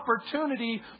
opportunity